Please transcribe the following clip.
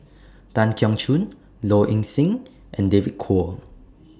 Tan Keong Choon Low Ing Sing and David Kwo